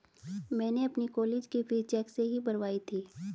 मैंने अपनी कॉलेज की फीस चेक से ही भरवाई थी